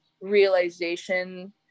realization